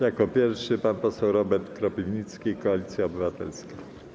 Jako pierwszy pan poseł Robert Kropiwnicki, Koalicja Obywatelska.